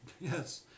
Yes